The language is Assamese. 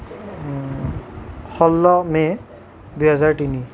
ষোল্ল মে' দুই হাজাৰ তিনি